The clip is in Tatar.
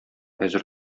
әзер